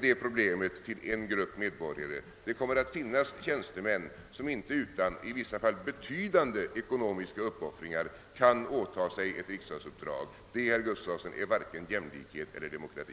det problemet tillbaka när det gäller en grupp medborgare, ty då kommer det att finnas en grupp tjänstemän som inte utan — i vissa fall betydande — ekonomiska uppoffringar kan åta sig ett riksdagsmannauppdrag. Och det, herr Gustavsson, är varken jämlikhet eller demokrati!